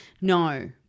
No